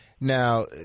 Now